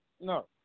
No